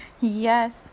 yes